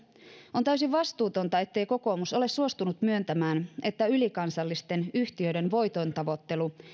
on täysin vastuutonta ettei kokoomus ole suostunut myöntämään että ylikansallisten yhtiöiden voitontavoittelu